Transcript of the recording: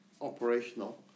operational